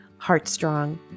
heartstrong